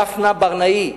דפנה ברנאי,